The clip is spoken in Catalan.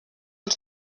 els